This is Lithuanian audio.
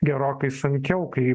gerokai sunkiau kai